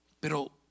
pero